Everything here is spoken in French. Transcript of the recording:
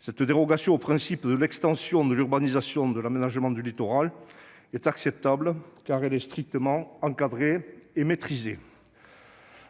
ici prévue au principe de l'extension de l'urbanisation de l'aménagement du littoral est acceptable, car elle est strictement encadrée et maîtrisée.